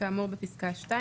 כאמור בפסקה (2),